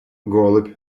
голубь